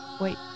Wait